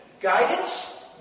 guidance